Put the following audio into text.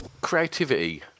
creativity